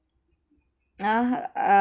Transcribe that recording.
uh uh